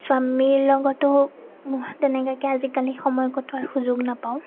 স্বামীৰ লগতো তেনেকুৱাকৈ আজিকালি সময় কটোৱাৰ সুযোগ নাপাওঁ